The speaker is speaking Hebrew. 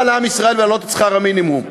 לעם ישראל ולהעלות את שכר המינימום.